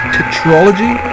Tetrology